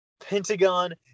Pentagon